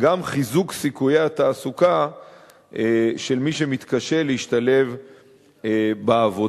גם חיזוק סיכוי התעסוקה של מי שמתקשה להשתלב בעבודה.